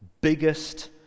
biggest